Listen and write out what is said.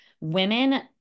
women